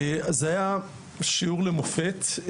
אז היה שיעור למופת,